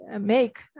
make